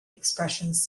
expressions